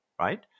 right